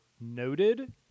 noted